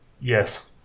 Yes